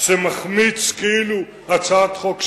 אני מבין שזה כאילו מחמיץ את הצעת החוק שלו.